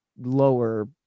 lower